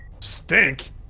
Stink